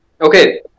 Okay